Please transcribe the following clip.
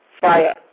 Fire